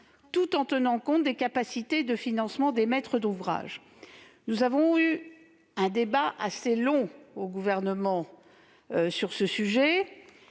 tout en tenant compte des capacités de financement des maîtres d'ouvrage. Nous avons eu un débat assez long sur le sujet